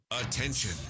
Attention